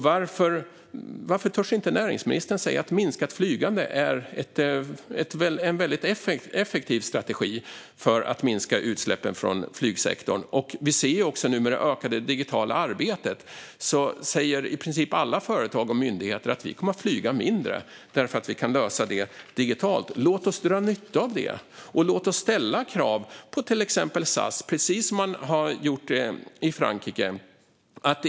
Varför törs inte näringsministern säga att minskat flygande är en väldigt effektiv strategi för att minska utsläppen från flygsektorn? Nu med det ökade digitala arbetet säger i princip alla företag och myndigheter att de kommer att flyga mindre, eftersom de kan lösa det digitalt. Låt oss dra nytta av det! Låt oss ställa krav på till exempel SAS i likhet med det man har gjort i Frankrike!